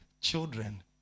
Children